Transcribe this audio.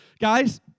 Guys